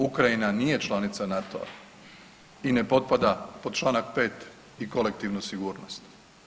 Ukrajina nije članica NATO-a i ne potpada pod čl. 5. i kolektivnu sigurnost.